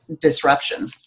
disruption